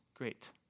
great